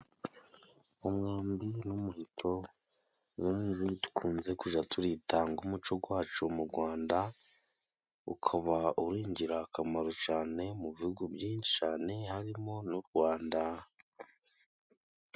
Umwambi n'umuheto benshi dukunze kuja turita ng' umuco gwacu mu Rwanda ukaba uri ingirakamaro cane mu bihugu byinshi cane harimo n'u Rwanda.